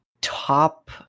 top